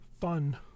fun